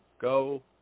Go